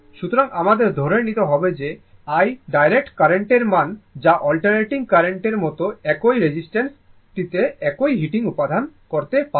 সুতরাং আমাদের ধরে নিতে হবে যে i ডাইরেক্ট কার্রেন্টের মান যা অল্টারনেটিং কার্রেন্টের মতো একই রেজিস্ট্যান্স টিতে একই হিটিং উত্পাদন করতে পারে